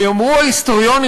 ויאמרו ההיסטוריונים,